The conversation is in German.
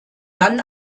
dann